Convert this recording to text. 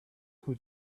who